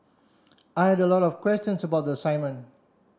I had a lot of questions about the assignment